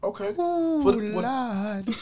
okay